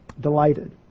delighted